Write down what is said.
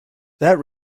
that